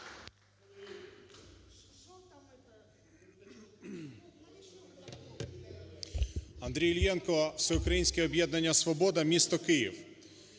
Андрій Іллєнко, Всеукраїнське об'єднання "Свобода", місто Київ.